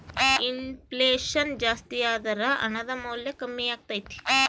ಇನ್ ಫ್ಲೆಷನ್ ಜಾಸ್ತಿಯಾದರ ಹಣದ ಮೌಲ್ಯ ಕಮ್ಮಿಯಾಗತೈತೆ